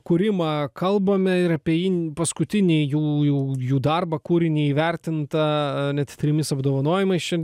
kūrimą kalbame ir apie jį paskutinį jų jų jų darbą kūrinį įvertintą net trimis apdovanojimais šį